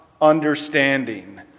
understanding